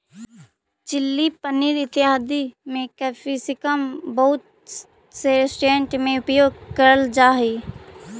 chilli paneer इत्यादि में capsicum बहुत से रेस्टोरेंट में उपयोग करल जा हई